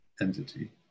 entity